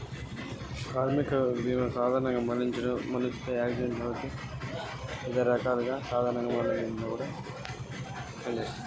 కార్మిక బీమా ఉపయోగాలేంటి?